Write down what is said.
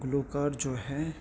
گلوکار جو ہے